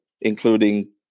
including